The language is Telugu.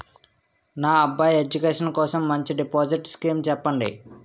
నా అబ్బాయి ఎడ్యుకేషన్ కోసం మంచి డిపాజిట్ స్కీం చెప్పండి